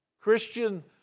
Christian